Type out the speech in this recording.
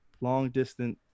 long-distance